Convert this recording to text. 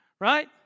Right